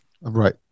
Right